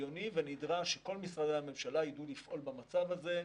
הגיוני ונדרש שכל משרדי הממשלה יידעו לפעול במצב הזה,